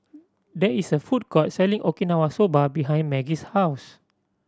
there is a food court selling Okinawa Soba behind Maggie's house